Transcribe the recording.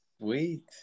Sweet